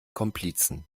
komplizen